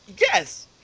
Yes